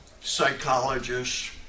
psychologists